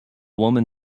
woman